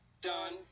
Done